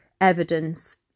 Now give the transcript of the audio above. evidence